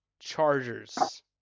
Chargers